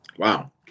Wow